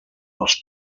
els